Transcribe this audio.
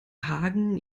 hagen